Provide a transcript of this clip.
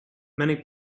many